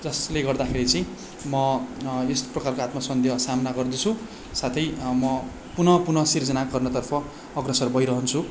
जसले गर्दाखेरि चाहिँ म एस प्रकारको आत्मसन्देह सामना गर्दछु साथै म पुनः पुनः सिर्जना गर्नतर्फ अग्रसर भइरहन्छु